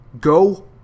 Go